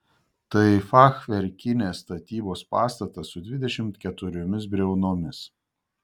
tai fachverkinės statybos pastatas su dvidešimt keturiomis briaunomis